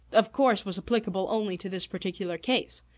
of course, was applicable only to this particular case.